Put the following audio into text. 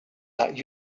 that